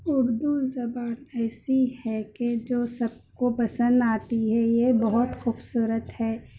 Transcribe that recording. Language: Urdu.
اردو زبان ایسی ہے کہ جو سب کو پسند آتی ہے یہ بہت خوبصورت ہے